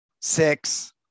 six